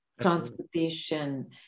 transportation